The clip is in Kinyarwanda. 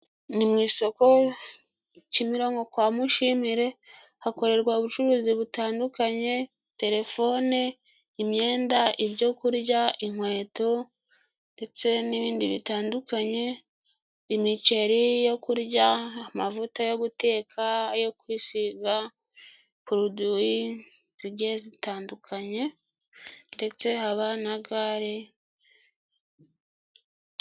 Ni mu isoko Kimironko kwa Mushimire, hakorerwa ubucuruzi butandukanye: terefone, imyenda, ibyo kurya, inkweto ndetse n'ibindi bitandukanye, imiceri yo kurya, amavuta yo guteka, ayo kwisiga, poroduwi zigiye zitandukanye, ndetse haba na gare...